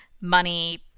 money